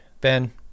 Ben